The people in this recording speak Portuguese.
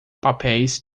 papéis